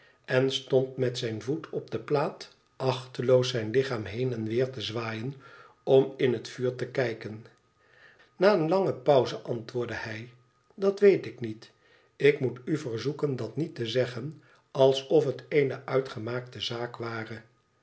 en stond met zijn voet op de plaat achteloos zijn lichaam heen en weer te zwaaien om in het vuur te kijken na eene lange pauze antwoordde hij idat weet ik niet ik moet u verzoeken dat niet te zeggen alsof het eene uitgemaakte zaak ware